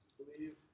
believe